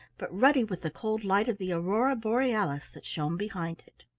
but ruddy with the cold light of the aurora borealis that shone behind it.